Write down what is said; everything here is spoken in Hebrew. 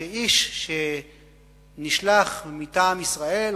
שאיש שנשלח מטעם ישראל,